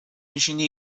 میشینی